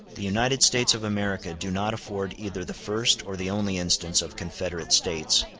the united states of america do not afford either the first or the only instance of confederate states,